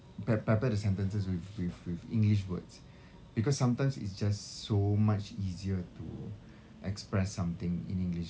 pep~ pepper the sentences with with with english words because sometimes it's just so much easier to express something in english